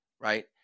right